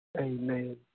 Amen